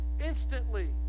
instantly